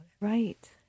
Right